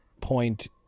point